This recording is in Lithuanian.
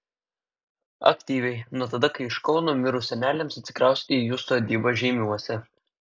aktyviai nuo tada kai iš kauno mirus seneliams atsikraustė į jų sodybą žeimiuose